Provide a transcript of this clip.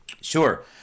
Sure